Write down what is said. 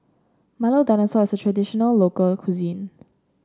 Milo Dinosaur is a traditional local cuisine